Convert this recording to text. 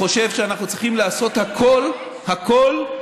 חושב שאנחנו צריכים לעשות הכול, הכול,